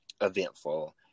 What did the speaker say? eventful